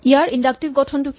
ইয়াৰ inductive গঠনটো কি